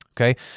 okay